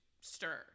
stir